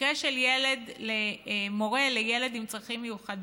מקרה של מורה לילד עם צרכים מיוחדים,